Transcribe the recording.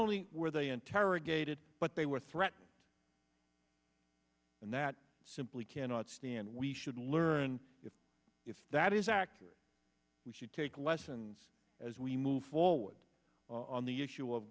only were they interrogated but they were threatened and that simply cannot stand we should learn if if that is accurate we should take lessons as we move forward on the issue of